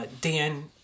Dan